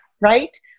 right